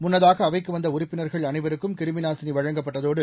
முன்னதாக அவைக்கு வந்த உறுப்பினர்கள் அனைவருக்கும் கிருமி நாசினி வழங்கப்பட்டதோடு